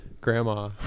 Grandma